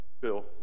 Bill